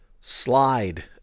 slide